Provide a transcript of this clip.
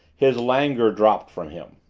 his languor dropped from him.